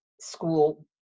school